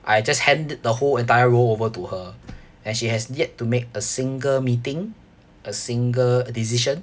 I just hand the whole entire role over to her and she has yet to make a single meeting a single decision